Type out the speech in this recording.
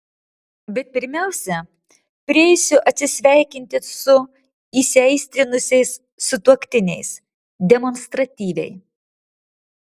bet pirmiausia prieisiu atsisveikinti su įsiaistrinusiais sutuoktiniais demonstratyviai